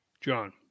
John